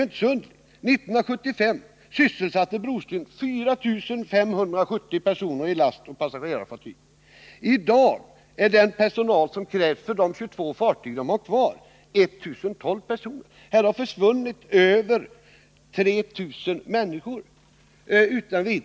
1975 sysselsatte Broströms 4 570 personer i lastoch passagerarfartyg. I dag är den personal som krävs, för de 22 fartyg man har kvar, 1 012 stycken. Det har försvunnit över 3 000 människor utan vidare.